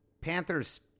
Panthers